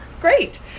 Great